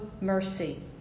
mercy